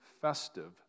festive